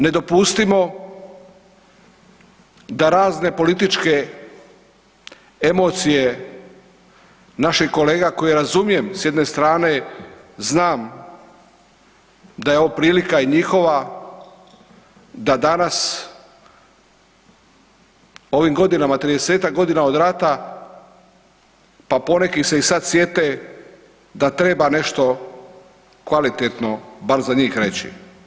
Ne dopustimo da razne političke emocije naših kolega koje razumijem s jedne strane znam da je ovo prilika i njihova da danas ovim godinama 30-ak godina od rata pa poneki se i sad sjete da treba nešto kvalitetno bar za njih reći.